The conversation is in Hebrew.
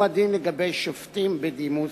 הוא הדין לגבי שופטים בדימוס.